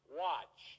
watch